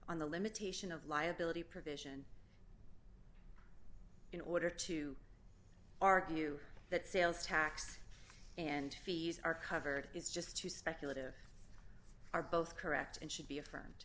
on the limitation of liability provision in order to argue that sales tax and fees are covered is just too speculative are both correct and should be a